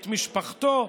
את משפחתו,